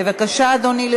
בבקשה, אדוני.